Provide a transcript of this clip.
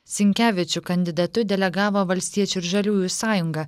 sinkevičių kandidatu delegavo valstiečių ir žaliųjų sąjunga